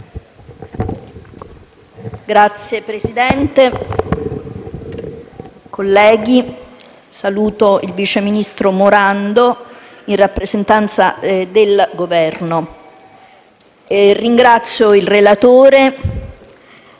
Signora Presidente, colleghi, saluto il vice ministro Morando in rappresentanza del Governo. Ringrazio il relatore